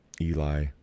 Eli